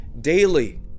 daily